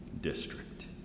district